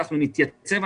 אנחנו נתייצב.